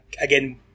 again